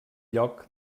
lloc